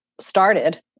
started